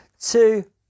two